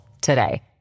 today